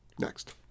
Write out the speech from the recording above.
Next